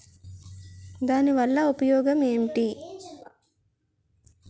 దాని వల్ల ఉపయోగం ఎంటి?